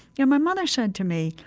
yeah my mother said to me,